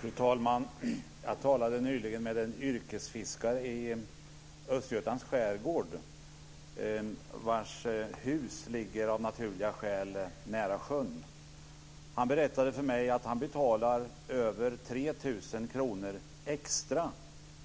Fru talman! Jag talade nyligen med en yrkesfiskare i Östergötlands skärgård vars hus av naturliga skäl ligger nära sjön. Han berättade för mig att han betalar över 3 000 kr extra